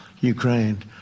Ukraine